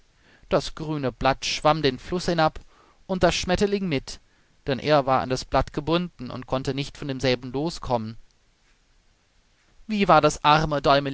das grüne blatt schwamm den fluß hinab und der schmetterling mit denn er war an das blatt gebunden und konnte nicht von demselben loskommen wie war das arme